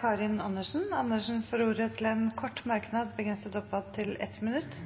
Karin Andersen har hatt ordet to ganger tidligere i debatten og får ordet til en kort merknad, begrenset til 1 minutt.